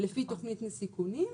-- לפי תוכנית ניהול סיכונים,